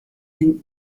den